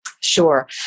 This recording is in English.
Sure